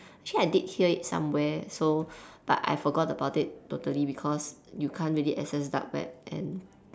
actually I did hear it somewhere so but I forgot it totally because you can't really access dark web